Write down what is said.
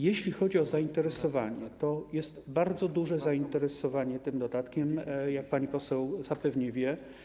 Jeśli chodzi o zainteresowanie, jest bardzo duże zainteresowanie tym dodatkiem, jak pani poseł zapewne wie.